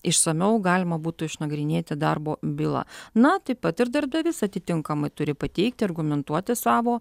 išsamiau galima būtų išnagrinėti darbo bylą na taip pat ir darbdavys atitinkamai turi pateikti argumentuoti savo